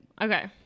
Okay